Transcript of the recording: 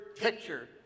picture